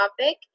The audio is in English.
topic